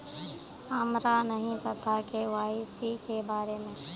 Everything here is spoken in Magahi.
हमरा नहीं पता के.वाई.सी के बारे में?